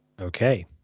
Okay